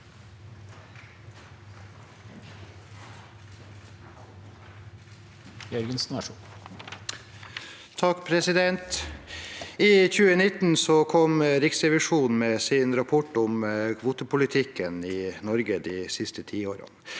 I 2019 kom Riksrevi- sjonen med sin rapport om kvotepolitikken i Norge de siste ti årene.